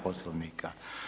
Poslovnika.